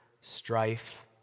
strife